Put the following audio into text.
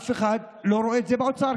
אף אחד לא רואה את זה באוצר,